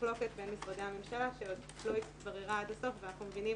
מחלוקת בין משרדי הממשלה שלא התבררה עד הסוף ואנחנו מבינים